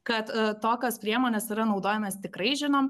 kad tokios priemonės yra naudojamas tikrai žinome